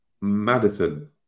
Madison